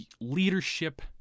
leadership